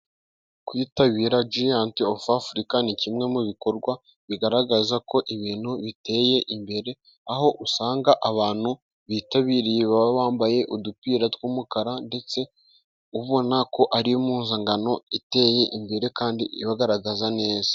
Kwitabira Jiyanti of africa ni kimwe mu bikorwa bigaragaza ko ibintu biteye imbere, aho usanga abantu bitabiriye baba bambaye udupira twumukara ndetse ubona ko ari impuzankano iteye imbere kandi ibagaragara neza.